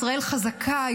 ישראל חזקה,